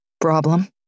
Problem